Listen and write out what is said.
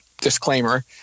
disclaimer